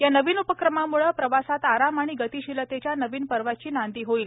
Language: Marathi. या नवीन उपक्रमाम्ळे प्रवासात आराम आणि गतिशीलतेच्या नवीन पर्वाची नांदी होईल